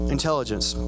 Intelligence